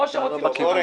או שרוצים אחרת.